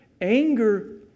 anger